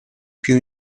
più